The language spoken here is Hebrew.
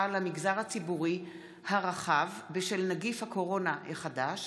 למגזר הציבורי הרחב בשל נגיף הקורונה החדש)